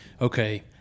okay